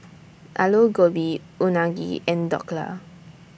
Alu Gobi Unagi and Dhokla